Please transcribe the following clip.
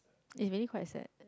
it's really quite sad